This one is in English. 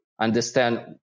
understand